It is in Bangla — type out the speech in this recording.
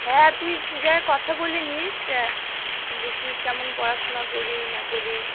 হ্যাঁ তুই গিয়ে কথা বলে নিস যে কী কেমন পড়াশুনা করি না করি